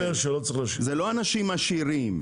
זה לא אנשים עשירים.